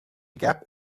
gap